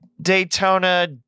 Daytona